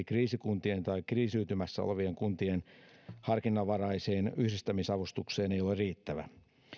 kriisikuntien tai kriisiytymässä olevien kuntien harkinnanvaraiseen yhdistämisavustukseen ei ole riittävä